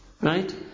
Right